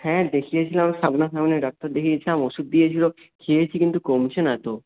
হ্যাঁ দেখিয়েছিলাম সামনা সামনি ডাক্তার দেখিয়েছিলাম ওষুধ দিয়েছিলো খেয়েছি কিন্তু কমছে না তো